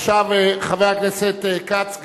עכשיו חבר הכנסת כץ,